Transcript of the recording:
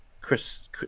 Chris